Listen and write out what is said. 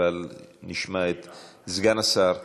אבל נשמע את סגן השר.